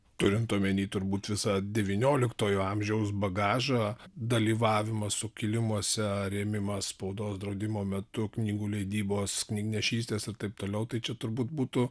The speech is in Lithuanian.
turint omeny turbūt visą devynioliktojo amžiaus bagažą dalyvavimą sukilimuose rėmimą spaudos draudimo metu knygų leidybos knygnešystės ir taip toliau tai čia turbūt būtų